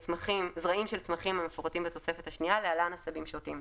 וזרעים של צמחים המפורטים בתוספת השנייה (להלן עשבים שוטים)",